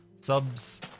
subs